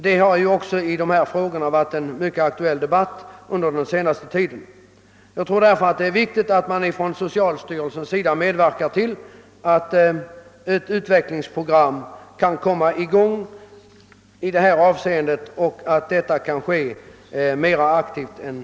Dessa frågor har diskuterats mycket under den senaste tiden, och det är viktigt att socialstyrelsen mer aktivt än tidigare medverkar till att ett utvecklingsprogram utformas och att det hela kommer i gång.